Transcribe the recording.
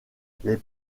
les